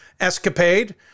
escapade